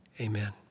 Amen